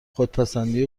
خودپسندی